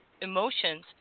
emotions